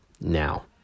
Now